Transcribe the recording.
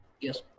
Yes